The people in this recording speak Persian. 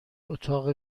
اتاق